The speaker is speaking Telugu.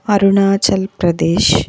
అరుణాచల్ ప్రదేశ్